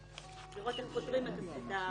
ולראות איך פותרים את זה.